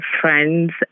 friends